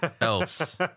else